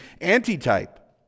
anti-type